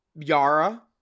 Yara